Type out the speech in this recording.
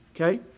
okay